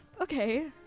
Okay